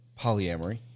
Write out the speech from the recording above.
polyamory